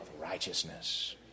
righteousness